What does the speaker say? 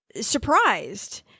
surprised